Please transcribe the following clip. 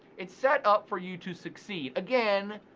it's set up for you to succeed. again,